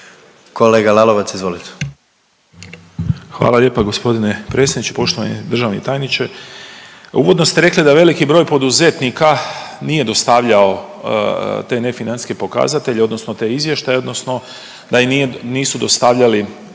**Lalovac, Boris (SDP)** Hvala lijepa gospodine predsjedniče, poštovani državni tajniče. Uvodno ste rekli da veliki broj poduzetnika nije dostavljao te nefinancijske pokazatelje, odnosno te izvještaje, odnosno da ih nisu dostavljali